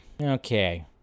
okay